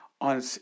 on